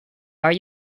are